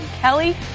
Kelly